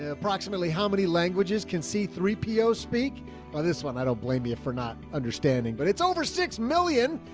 approximately how many languages can c three po speak or this one, i don't blame you for not understanding, but it's over six million.